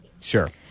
Sure